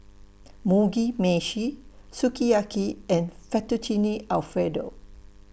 Mugi Meshi Sukiyaki and Fettuccine Alfredo